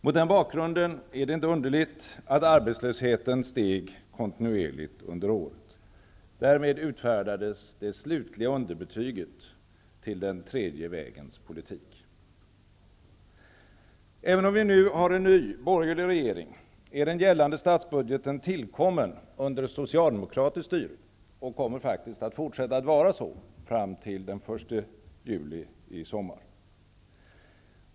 Mot den bakgrunden är det inte underligt att arbetslösheten steg kontinuerligt under året. Därmed utfärdades det slutliga underbetyget till den tredje vägens politik. Även om vi nu har en ny borgerlig regering, är den gällande statsbudgeten tillkommen under socialdemokratiskt styre och kommer faktiskt att fortsätta att vara så fram till den 1 juli i sommar.